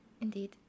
Indeed